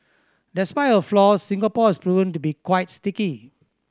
despite her flaws Singapore has proven to be quite sticky